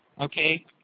okay